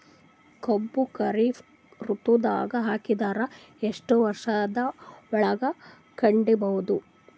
ಕಬ್ಬು ಖರೀಫ್ ಋತುದಾಗ ಹಾಕಿದರ ಎಷ್ಟ ವರ್ಷದ ಒಳಗ ಕಡಿಬಹುದು?